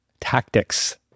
tactics